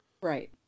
Right